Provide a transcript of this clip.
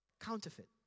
Counterfeit